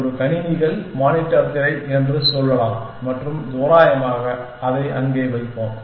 ஒரு கணினிகள் மானிட்டர் திரை என்று சொல்லலாம் மற்றும் தோராயமாக அதை அங்கே வைப்போம்